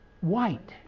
white